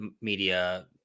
media